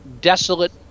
desolate